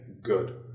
good